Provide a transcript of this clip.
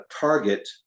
target